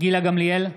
גילה גמליאל,